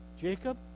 Jacob